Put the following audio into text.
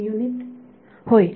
विद्यार्थी युनिट